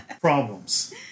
problems